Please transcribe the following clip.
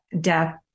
death